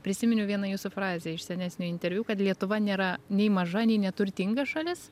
prisiminiau vieną jūsų frazę iš senesnio interviu kad lietuva nėra nei maža nei neturtinga šalis